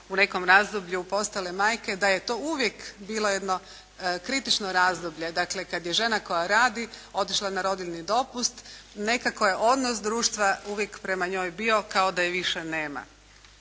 u nekom razdoblju postale majke da je to uvijek bilo jedno kritično razdoblje, dakle, kada je žena koja radi otišla na rodiljni dopust, nekako je odnos društva uvijek prema njoj bio kao da je više nema.